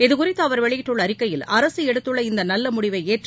இதுகுறித்து அவர் வெளியிட்டுள்ள அறிக்கையில் அரசு எடுத்துள்ள இந்த நல்ல முடிவை ஏற்று